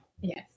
Yes